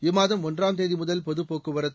இம்மாதம் ஒன்றாம் தேதி முதல் பொது போக்குவரத்து